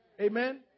Amen